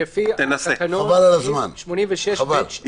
לפי התקנון סעיף 86(ב)(2),